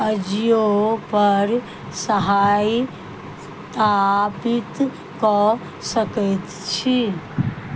अजियो पर सत्यापित कऽ सकैत छी